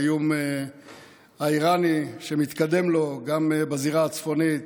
האיום האיראני שמתקדם לו גם בזירה הצפונית,